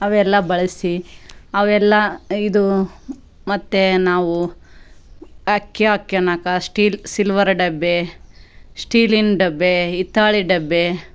ಅವೆಲ್ಲ ಬಳಸಿ ಅವೆಲ್ಲಾ ಇದು ಮತ್ತು ನಾವು ಅಕ್ಕಿ ಹಾಕ್ಯಾನಕ ಸ್ಟೀಲ್ ಸಿಲ್ವರ್ ಡಬ್ಬಿ ಸ್ಟೀಲಿನ ಡಬ್ಬಿ ಹಿತ್ತಾಳೆ ಡಬ್ಬಿ